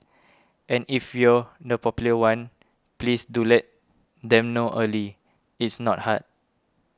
and if you're the popular one please do let them know early it's not hard